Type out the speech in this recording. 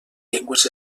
llengües